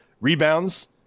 Rebounds